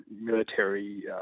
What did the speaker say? military